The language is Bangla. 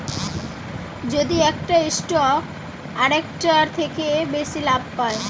যদি একটা স্টক আরেকটার থেকে বেশি লাভ পায়